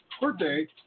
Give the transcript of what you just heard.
Birthday